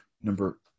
Number